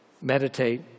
Meditate